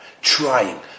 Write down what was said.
Trying